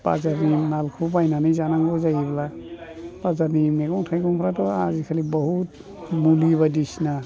बाजारनि मालखौ बायनानै जानांगौ जायोब्ला बाजारनि मैगं थाइगंफ्राथ' आजिखालि बहुद मुलि बायदिसिना